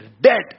dead